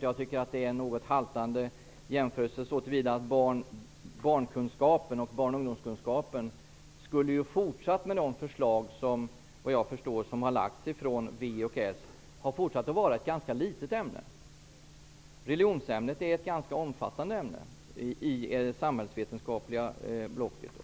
Jag tycker att det är en något haltande jämförelse så till vida att barn och ungdomskunskapen med de förslag som har lagts fram från V och S skulle fortsatt vara ett ganska litet ämne. Religionsämnet är ett ganska omfattande ämne i det samhällsvetenskapliga blocket.